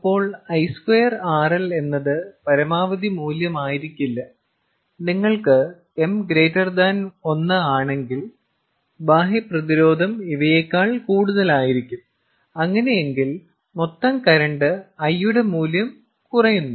അപ്പോൾ I2RL എന്നത് പരമാവധി മൂല്യമായിരിക്കില്ല നിങ്ങൾക്ക് m 1 ആണെങ്കിൽ ബാഹ്യ പ്രതിരോധം ഇവയേക്കാൾ കൂടുതലായിരിക്കും അങ്ങനെയെങ്കിൽ മൊത്തം കറന്റ് I യുടെ മൂല്യം കുറയുന്നു